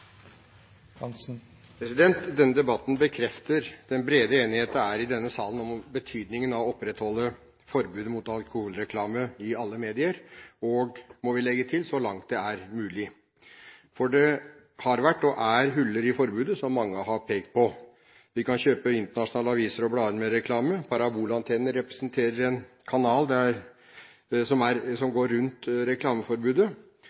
i denne salen om betydningen av å opprettholde forbudet mot alkoholreklame i alle medier og – må vi legge til – så langt det er mulig. Det har vært – og er – hull i forbudet, som mange har pekt på. Vi kan kjøpe internasjonale aviser og blader med reklame, og parabolantenner representerer en kanal som går rundt reklameforbudet. Det kan vi ikke regulere. Men det er